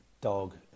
dog